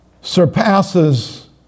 surpasses